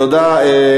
תודה.